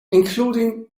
including